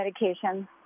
medication